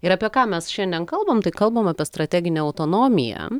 ir apie ką mes šiandien kalbam tai kalbam apie strateginę autonomiją